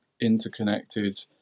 interconnected